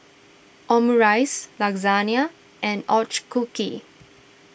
Omurice Lasagne and Ochazuke